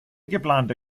geplante